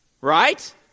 Right